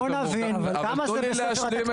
אז בואו נבין, כמה זה בספר התקציב?